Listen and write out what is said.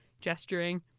gesturing